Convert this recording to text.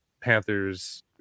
Panthers